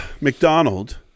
McDonald